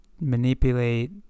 manipulate